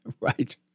Right